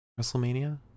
wrestlemania